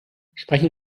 sprechen